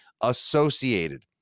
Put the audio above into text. associated